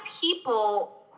people